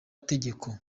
tegeko